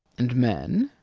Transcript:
and men?